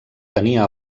tenia